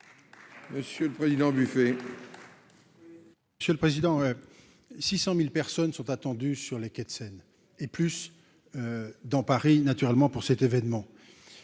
Monsieur le Président, buffet. Monsieur le président, 600 1000 personnes sont attendues sur les quais de Seine et plus dans Paris naturellement pour cet événement